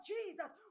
Jesus